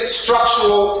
structural